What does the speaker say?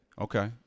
Okay